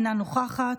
אינה נוכחת,